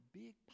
big